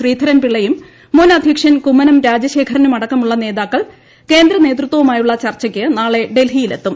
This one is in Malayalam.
ശ്രീധരൻപിള്ളയും മുൻ അദ്ധ്യക്ഷൻ കുമ്മനം രാജശേഖരനുമടക്കമുളള നേതാക്കൾ കേന്ദ്ര നേതൃത്വവുമായുളള ചർച്ചയ്ക്ക് നാളെ ഡൽഹിയിലെത്തും